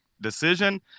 decision